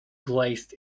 glazed